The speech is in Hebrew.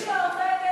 מי שעובדת,